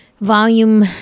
volume